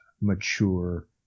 mature